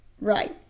Right